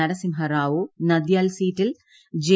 നരസിംഹ റാവു നന്ദ്യാൽ സീറ്റീൽ ജെ